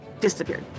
disappeared